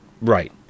Right